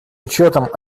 учетом